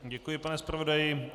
Děkuji, pane zpravodaji.